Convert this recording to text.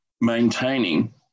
maintaining